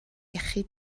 iechyd